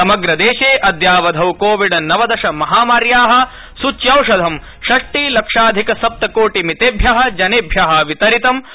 समप्रदेशे अद्यावधौ कोविड नवदश महामार्याः सूच्यौषधं षष्टि लक्षाधिक सप्तकोटि मितेभ्यः जनेभ्यः वितरितम् अस्ति